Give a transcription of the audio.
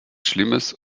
schlimmes